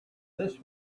this